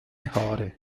haare